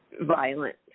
violent